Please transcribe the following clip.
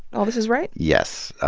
all this is right? yes.